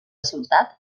ciutat